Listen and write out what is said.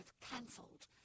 cancelled